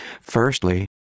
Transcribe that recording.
Firstly